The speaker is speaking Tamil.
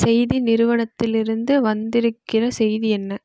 செய்தி நிறுவனத்திலிருந்து வந்திருக்கிற செய்தி என்ன